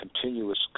continuous